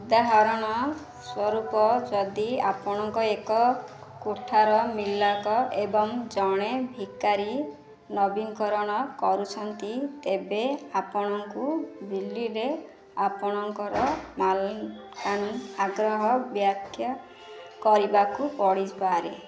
ଉଦାହରଣ ସ୍ୱରୂପ ଯଦି ଆପଣ ଏକ କୋଠାର ମାଲିକ ଏବଂ ଜଣେ ଭିକାରୀ ନବୀକରଣ କରୁଛନ୍ତି ତେବେ ଆପଣଙ୍କୁ ଆପଣଙ୍କର ମାଲିକାନା ଆଗ୍ରହ ବ୍ୟାଖ୍ୟା କରିବାକୁ ପଡ଼ିପାରେ